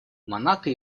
монако